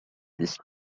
these